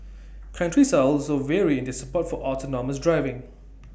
countries are also vary in their support for autonomous driving